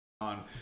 on